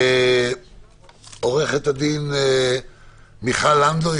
עו"ד מיכל לנדאו,